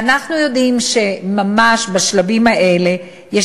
אנחנו יודעים שממש בשלבים האלה יש